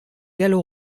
gallo